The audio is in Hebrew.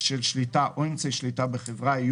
של שליטה השפעה ניכרת או אמצעי שליטה החזקה,